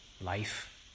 Life